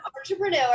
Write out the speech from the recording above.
entrepreneur